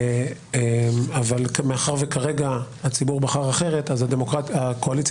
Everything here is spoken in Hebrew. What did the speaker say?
אבל מאחר שכרגע הציבור בחר אחרת אז הקואליציה